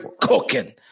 cooking